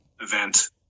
event